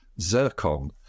zircon